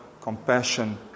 compassion